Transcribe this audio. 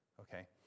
Okay